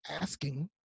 asking